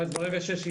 ברגע שיש התפרצות,